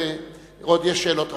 ועוד יש שאלות רבות.